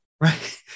right